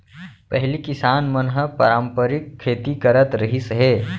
पहिली किसान मन ह पारंपरिक खेती करत रिहिस हे